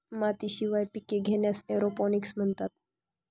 मातीशिवाय पिके घेण्यास एरोपोनिक्स म्हणतात